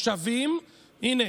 הינה,